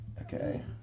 Okay